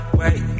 wait